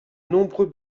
nombreux